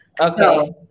Okay